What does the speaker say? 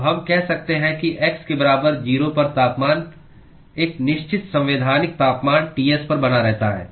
तो हम कह सकते हैं कि x के बराबर 0 पर तापमान एक निश्चित संवैधानिक तापमान Ts पर बना रहता है